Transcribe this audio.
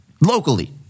locally